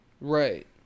Right